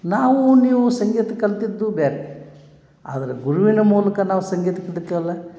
ನಾವು ನೀವು ಸಂಗೀತ ಕಲ್ತಿದ್ದು ಬ್ಯಾರೆ ಆದರೆ ಗುರುವಿನ ಮೂಲಕ ನಾವು ಸಂಗೀತ ಕಲಿತೆವಲ್ಲ